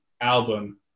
album